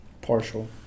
partial